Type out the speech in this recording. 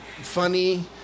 funny